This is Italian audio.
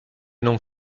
non